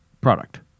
product